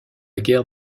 guerre